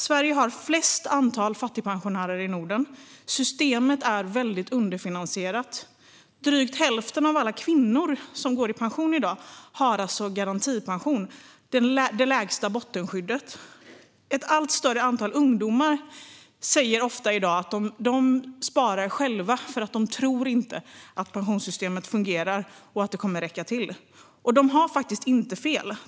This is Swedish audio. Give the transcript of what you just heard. Sverige har störst antal fattigpensionärer i Norden. Systemet är väldigt underfinansierat. Drygt hälften av alla kvinnor som går i pension i dag har garantipensionen, alltså det lägsta bottenskyddet. Ett allt större antal ungdomar säger i dag att de sparar själva eftersom de inte tror att pensionssystemet fungerar och inte tror att det kommer att räcka till. Och de har faktiskt inte fel.